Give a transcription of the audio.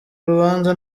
urubanza